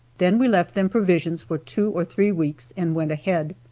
then we left them provisions for two or three weeks and went ahead.